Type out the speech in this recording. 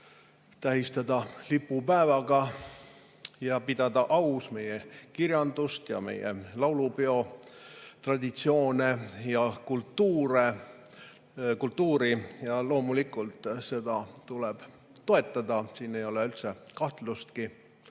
tähistada lipupäevaga ja pidada aus meie kirjandust ning meie laulupeotraditsioone ja ‑kultuuri. Loomulikult, seda tuleb toetada, siin ei ole üldse kahtlustki.